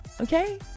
Okay